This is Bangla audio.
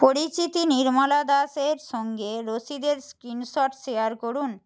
পরিচিতি নির্মলা দাসের সঙ্গে রসিদের স্ক্রিনশট শেয়ার করুন